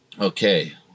okay